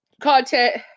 content